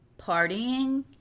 partying